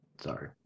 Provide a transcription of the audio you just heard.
Sorry